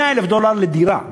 100,000 דולר לדירה,